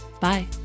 Bye